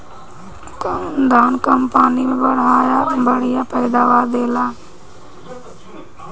कौन धान कम पानी में बढ़या पैदावार देला?